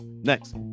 Next